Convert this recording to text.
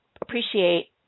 appreciate